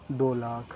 دو lakh